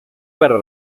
para